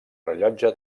rellotge